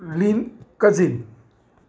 lin cuisine